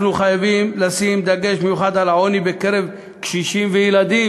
אנחנו חייבים לשים דגש מיוחד על העוני בקרב קשישים וילדים,